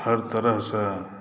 हर तरहसॅं